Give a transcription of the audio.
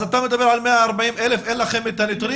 אתה מדבר על 140,000. אין לכם את הנתונים.